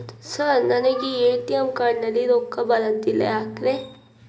Sir ನನಗೆ ATM card ನಲ್ಲಿ ರೊಕ್ಕ ಬರತಿಲ್ಲ ಯಾಕ್ರೇ?